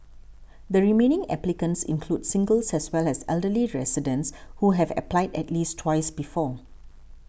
the remaining applicants include singles as well as elderly residents who have applied at least twice before